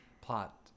plot